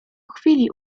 chwili